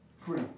free